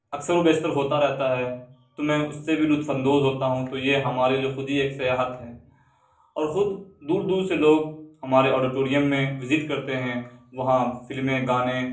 اکثر و بیشتر ہوتا رہتا ہے تو میں اس سے بھی لطف اندوز ہوتا ہوں تو یہ ہمارے لیے خود ہی ایک سیاحت ہے اور خود دور دور سے لوگ ہمارے آڈیٹوریم میں وزٹ کرتے ہیں وہاں فلمیں گانے